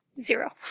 Zero